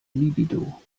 libido